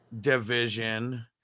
division